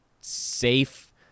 safe